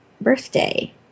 birthday